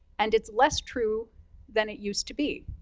and it's less true than it used to be.